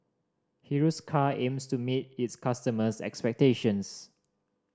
Hiruscar aims to meet its customers' expectations